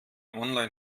online